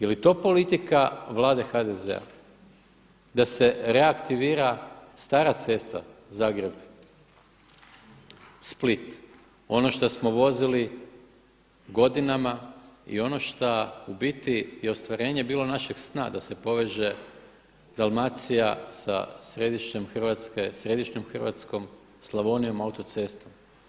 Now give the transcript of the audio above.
Je li to politika Vlade HDZ-a, da se reaktivira stara cesta Zagreb-Split, ono što smo vozili godinama i ono šta u biti je ostvarenje bilo našeg sna da se poveže Dalmacija sa središnjom Hrvatskom, Slavonijom, autocestom?